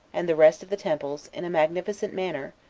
and the rest of the temples, in a magnificent manner,